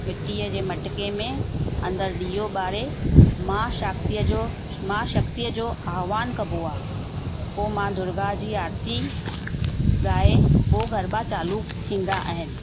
मिटी जे मटिके में अंदरु ॾिओ ॿारे माउ शक्ती जो शक्ती जो आवहान कबो आहे पोइ मा दुर्गा जी आर्ती ॻाए पो गरबा चालू थींदा आहिनि